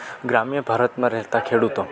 ગ્રામ્ય ભારતમાં રહેતા ખેડૂતો